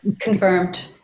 Confirmed